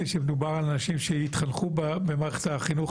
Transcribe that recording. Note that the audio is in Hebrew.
הוא שמדובר על אנשים שהתחנכו במערכת החינוך